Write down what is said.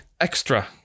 extra